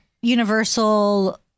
Universal